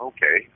Okay